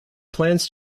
plans